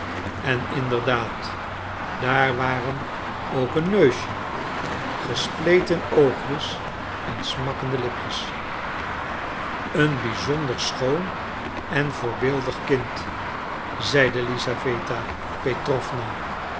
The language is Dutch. en inderdaad daar waren ook een neusje gespleten oogjes en smakkende lipjes een bizonder schoon en voordeelig kind zeide lisaweta petrowna